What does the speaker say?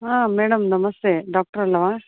ಹಾಂ ಮೇಡಮ್ ನಮಸ್ತೆ ಡಾಕ್ಟರಲ್ವ